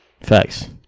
Facts